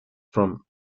from